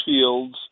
fields